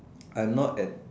I'm not en~